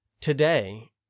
Today